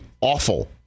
awful